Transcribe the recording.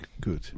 good